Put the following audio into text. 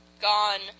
gone